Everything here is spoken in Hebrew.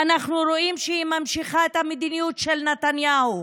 אנחנו רואים שהיא ממשיכה את המדיניות של נתניהו,